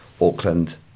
Auckland